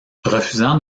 refusant